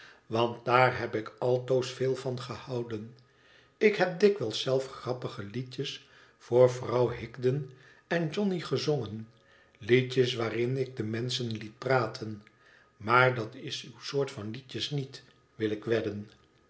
want daar heb ik altoos veel van gehouden ik heb dikwijls zelf grappige liedjes voor vrouw higden en johnny gezongen liedjes waarin ik de menschen liet praten maar dat is uw soort van liedjes niet wil ik wedden